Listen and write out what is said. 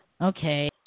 Okay